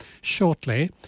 shortly